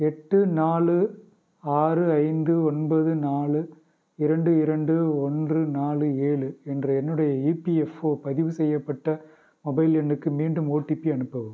எட்டு நாலு ஆறு ஐந்து ஒன்பது நாலு இரண்டு இரண்டு ஒன்று நாலு ஏழு என்ற என்னுடைய இபிஎஃப்ஓ பதிவு செய்யப்பட்ட மொபைல் எண்ணுக்கு மீண்டும் ஓடிபி அனுப்பவும்